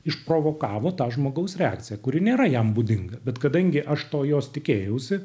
išprovokavo tą žmogaus reakciją kuri nėra jam būdinga bet kadangi aš to jos tikėjausi